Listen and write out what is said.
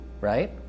right